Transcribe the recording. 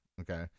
okay